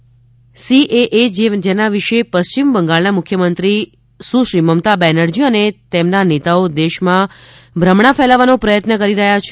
citizen amendment act જેના વિશે પશ્ચિમ બંગાળના મુખ્યમંત્રી સુશ્રી મમતા બેનરજી અને તેમના નેતાઓ દેશમાં ભ્રમ ફેલાવવાનો પ્રયત્ન કરી રહ્યાં છે